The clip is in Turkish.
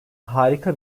harika